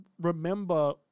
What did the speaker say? remember